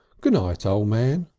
goo-night, o' man.